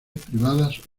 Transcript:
privadas